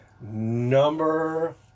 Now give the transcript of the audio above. Number